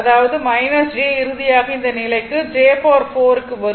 அதாவது j இறுதியாக இந்த நிலைக்கு j4 க்கு வரும்